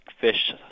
fish